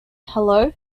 hello